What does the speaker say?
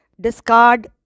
Discard